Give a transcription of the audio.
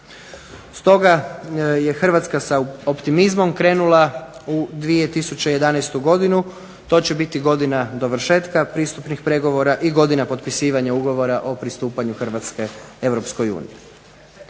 Stoga je Hrvatska sa optimizmom krenula u 2011. godinu, to će biti godina dovršetka pristupnih pregovora i godina potpisivanja ugovora o pristupanju Hrvatske Europskoj uniji.